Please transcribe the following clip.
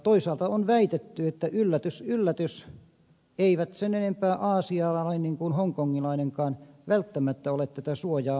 toisaalta on väitetty että yllätys yllätys eivät sen enempää aasialainen kuin hongkongilainenkaan välttämättä ole tätä suojaa muodostaneet